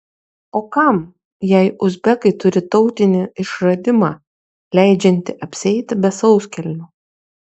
o kam jei uzbekai turi tautinį išradimą leidžiantį apsieiti be sauskelnių